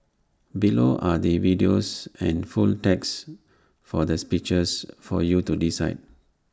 below are the videos and full text for the speeches for you to decide